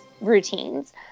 routines